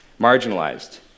marginalized